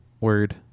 Word